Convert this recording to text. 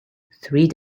three